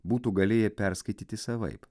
būtų galėję perskaityti savaip